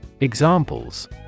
Examples